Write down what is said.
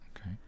Okay